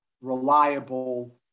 reliable